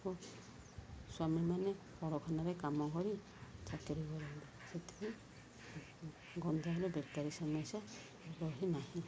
ଓ ସ୍ୱାମୀମାନେ କଳକାରଖାନାରେ କାମ କରି ଚାକରୀ କରନ୍ତି ସେଥିପାଇଁ ଗଞ୍ଜାମରେ ବେକାରି ସମସ୍ୟା ରହିନାହିଁ